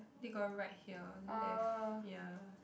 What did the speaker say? they got write here left ya